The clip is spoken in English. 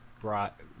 brought